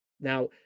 Now